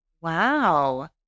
Wow